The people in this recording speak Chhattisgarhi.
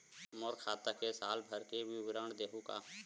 मोर खाता के साल भर के विवरण देहू का?